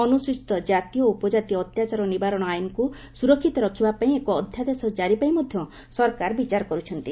ଅନୁସ୍ତଚିତ କାତି ଓ ଉପକାତି ଅତ୍ୟାଚାର ନିବାରଣ ଆଇନକୁ ସୁରକ୍ଷିତ ରଖିବାପାଇଁ ଏକ ଅଧ୍ୟାଦେଶ ଜାରି ପାଇଁ ମଧ୍ୟ ସରକାର ବିଚାର କରୁଛନ୍ତି